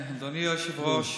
אדוני היושב-ראש,